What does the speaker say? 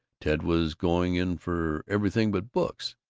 ted was going in for everything but books.